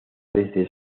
desde